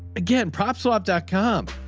again props up dot com.